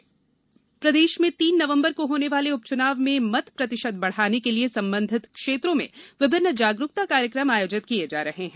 मतदाता जागरूकता प्रदेश में तीन नवंबर को होने वाले उपच्नाव में मत प्रतिशत बढ़ाने के लिए संबंधित क्षेत्रों में विभिन्न जागरूकता कार्यक्रम आयोजित किये जा रहे हैं